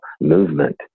movement